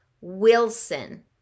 Wilson